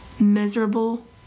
miserable